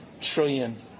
trillion